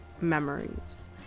memories